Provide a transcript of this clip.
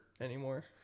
anymore